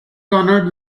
honored